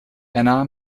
anna